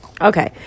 Okay